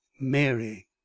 Mary